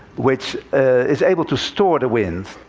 which is able to store the wind.